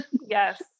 Yes